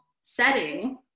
setting